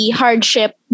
hardship